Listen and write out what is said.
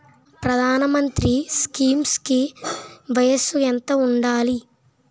ప్రధాన మంత్రి స్కీమ్స్ కి వయసు ఎంత ఉండాలి?